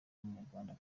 umunyarwanda